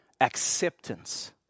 acceptance